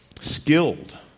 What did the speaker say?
skilled